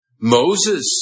Moses